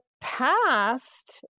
past